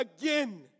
again